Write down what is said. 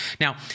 Now